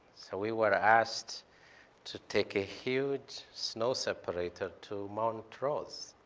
so we were asked to take a huge snow separator to mount rose,